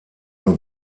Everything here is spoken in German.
nur